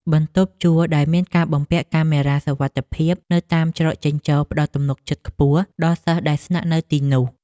បន្ទប់ជួលដែលមានការបំពាក់កាមេរ៉ាសុវត្ថិភាពនៅតាមច្រកចេញចូលផ្តល់ទំនុកចិត្តខ្ពស់ដល់សិស្សដែលស្នាក់នៅទីនោះ។